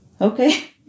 Okay